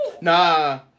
Nah